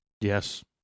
Yes